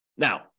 Now